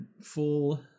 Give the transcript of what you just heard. full